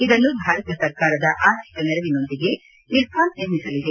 ಇದನ್ನು ಭಾರತ ಸರ್ಕಾರದ ಆರ್ಥಿಕ ನೆರವಿನೊಂದಿಗೆ ಇರ್ಕಾನ್ ನಿರ್ಮಿಸಲಿದೆ